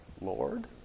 Lord